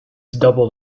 doubled